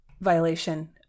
violation